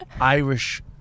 Irish